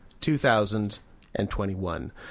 2021